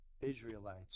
Israelites